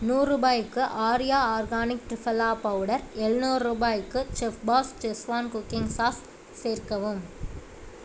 நூறுபாய்க்கு Arya organic triphala powder எழ்நூறுபாய்க்கு chef's Schezwan cooking sauce சேர்க்கவும்